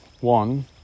one